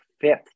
fifth